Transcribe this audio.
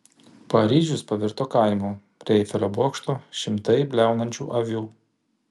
paryžius pavirto kaimu prie eifelio bokšto šimtai bliaunančių avių